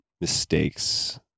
mistakes